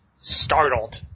startled